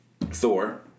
Thor